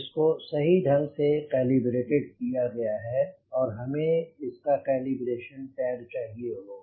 इसको सही ढंग से calibrated किया गया है और हमें इसका calibration tag चाहिए होगा